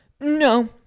No